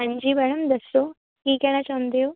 ਹਾਂਜੀ ਮੈਡਮ ਦੱਸੋ ਕੀ ਕਹਿਣਾ ਚਾਹੁੰਦੇ ਹੋ